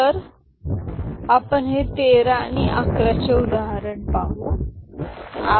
तर आपण हे 13 उदाहरणांच्या 11 उदाहरणाद्वारे निश्चित करू